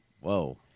whoa